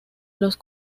los